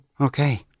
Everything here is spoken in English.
Okay